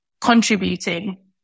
contributing